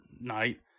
night